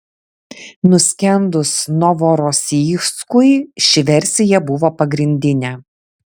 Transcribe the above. nuskendus novorosijskui ši versija buvo pagrindinė